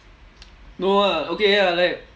no ah okay ya like